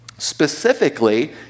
Specifically